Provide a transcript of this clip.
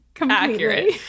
Accurate